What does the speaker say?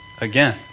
again